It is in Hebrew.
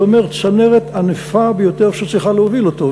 זה אומר צנרת ענפה ביותר שצריכה להוביל אותו,